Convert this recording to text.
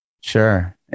Sure